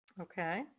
Okay